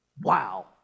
Wow